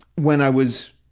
when i was,